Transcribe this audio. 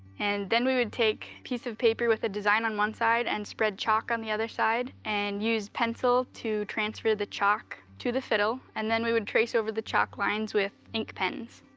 and then we would take a piece of paper with the design on one side and spread chalk on the other side and use pencil to transfer the chalk to the fiddle. and then we would trace over the chalk lines with ink pens.